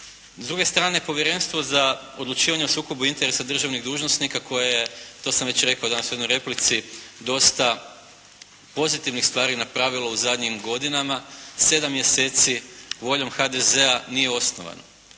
S druge strane, Povjerenstvo za odlučivanje o sukobu interesa državnih dužnosnika koje je, to sam već rekao danas u jednoj replici dosta pozitivnih stvari napravilo u zadnjim godinama, sedam mjeseci voljom HDZ-a nije osnovano.